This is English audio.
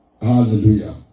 Hallelujah